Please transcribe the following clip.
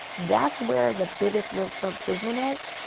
that's where the biggest room for improvement is.